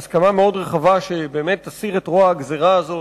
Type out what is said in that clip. הסכמה מאוד רחבה להסיר את רוע הגזירה הזו